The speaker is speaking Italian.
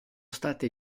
state